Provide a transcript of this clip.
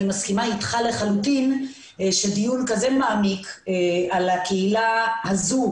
אני מסכימה אתך לחלוטין שדיון כזה מעמיק על הקהילה הזו